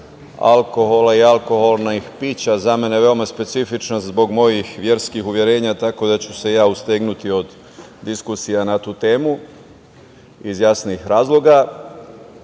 alkohola i alkoholnih pića, za mene je veoma specifična zbog mojih verskih uverenja, tako da ću se ja ustegnuti od diskusija na tu temu iz jasnih razloga.